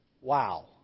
Wow